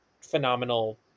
phenomenal